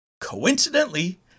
Coincidentally